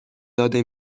داده